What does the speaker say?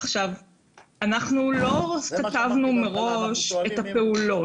אנחנו לא כתבנו מראש את הפעולות,